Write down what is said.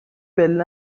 پله